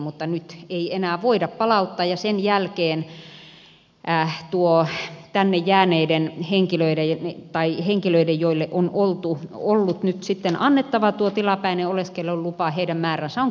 mutta nyt ei enää voida palauttaa ja sen jälkeen tuo tänne jääneiden henkilöiden joille on ollut nyt sitten annettava tuo tilapäinen oleskelulupa määrä on kymmenkertaistunut